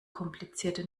komplizierte